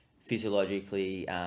physiologically